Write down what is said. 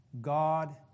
God